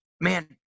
Man